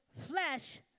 flesh